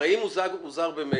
הרי אם הוא זר הוא זר ממילא,